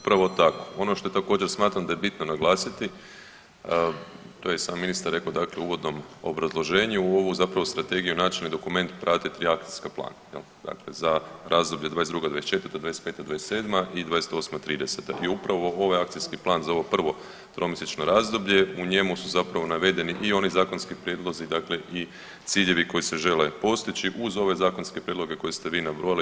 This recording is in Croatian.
Upravo tako ono što također smatram da je bitno naglasiti to je sam ministar rekao dakle u uvodnom obrazloženju, u ovu zapravo strategiju načelni dokument pratiti akcijski plan jel, dakle za razdoblje '22.-'24., '25.-27. i '28.-'30. i upravo ovaj akcijski plan za ovo prvo tromjesečno razdoblje u njemu su zapravo navedeni i oni zakonski prijedlozi dakle i ciljevi koji se žele postići uz ove zakonske prijedloge koje ste vi nabrojali.